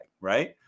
right